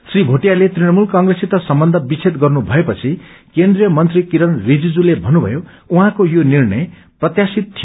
श्री भोटियले तृणमूल क्रोससित सम्बन्ध विच्छेद गर्नु भएपछि केन्द्रीय मन्त्री किरण रिजेजुते भन्नुभयो उहाँको यो निष्ट्रय प्रत्याशित थियो